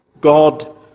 God